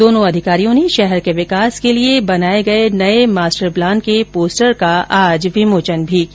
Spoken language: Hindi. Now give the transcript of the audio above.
दोनों अधिकारियों ने शहर के विकास के लिए बनाए गए नए मास्टर प्लान के पोस्टर का आज विमोचन भी किया